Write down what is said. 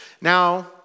Now